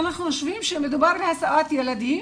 שמדובר בהסעת ילדים,